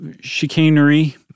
chicanery